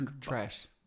Trash